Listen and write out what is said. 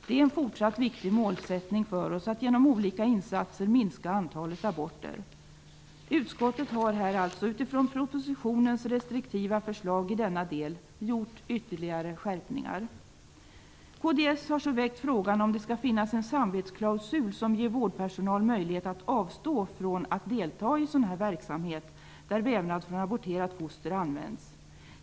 Det är en fortsatt viktig målsättning för oss att genom olika insatser minska antalet aborter. Utskottet har alltså utifrån propositionens restriktiva förslag i denna del gjort ytterligare skärpningar. Kds har väckt frågan om att det skall finnas en samvetsklausul som ger vårdpersonal möjlighet att avstå från att delta i verksamhet där vävnad från aborterat foster används.